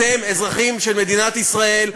אתם אזרחים של מדינת ישראל,